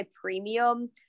Premium